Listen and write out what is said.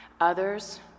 Others